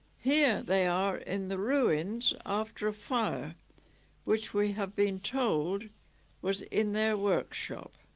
here they are in the ruins after a fire which we have been told was in their workshop